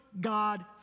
God